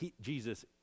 Jesus